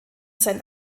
sein